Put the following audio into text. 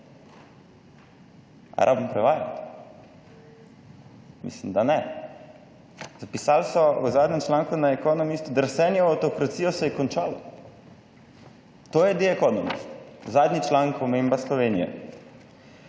A rabim prevajati? Mislim, da ne. Zapisali so v zadnjem članku na Economistu, drsenje v avtokracijo se je končalo. To je The Economist, zadnji članek, omemba Slovenije.